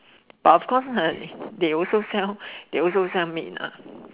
but of course they also sell they also sell meat lah